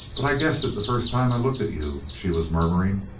but i guessed it the first time i looked at you, she was murmuring.